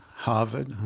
harvard.